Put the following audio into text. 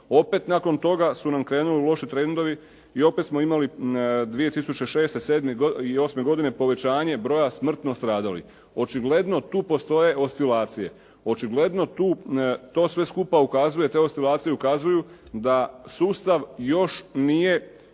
opet nakon toga su nam krenuli loše trendovi i opet smo imali 2006., 2007. i 2008. godine povećanje broja smrtno stradalih. Očigledno tu postoje oscilacije. Očigledno to sve skupa ukazuje, te oscilacije ukazuju da sustav još nije